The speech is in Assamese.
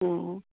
অঁ